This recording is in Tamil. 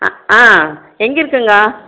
ஆ எங்கிருக்குதுங்க